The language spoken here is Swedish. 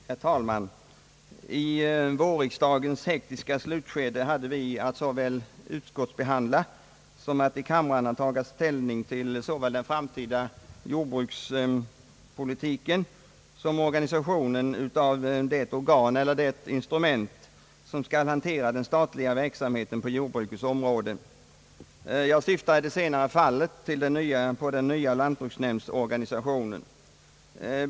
Herr talman! I vårriksdagens hektiska slutskede hade vi att såväl utskottsbehandla som att i kamrarna ta ställning till den framtida jordbrukspolitiken och organisationen av det organ eller instrument som skall hantera den statliga verksamheten på jordbrukets område. Jag syftar i det senare fallet på den nya lantbruksnämndsorganisationen.